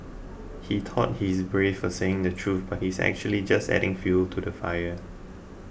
he thought he's brave for saying the truth but he's actually just adding fuel to the fire